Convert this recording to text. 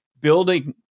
building